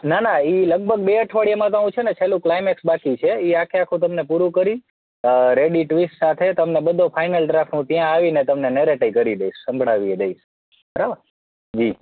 ના ના એ લગભગ બે અઠવાડિયામાં તો હું છે ને છેલ્લુ ક્લાઇમેક્સ બાકી છે એ આખેઆખું તેમને પૂરું કરી રેડી ટ્વિસ્ટ સાથે તમને બધો ફાઇનલ ડ્રાફ્ટ હું ત્યાં આવીને તમને નેરેટેય કરી દઇશ સાંભળાવીએ દઇશ બરાબર જી